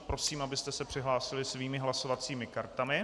Prosím, abyste se přihlásili svými hlasovacími kartami.